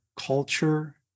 culture